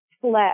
slept